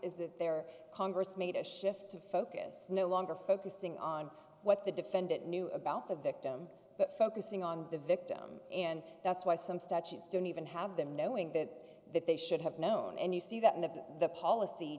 that there congress made a shift to focus no longer focusing on what the defendant knew about the victim but focusing on the victim and that's why some statutes don't even have them knowing that they should have known and you see that in the policy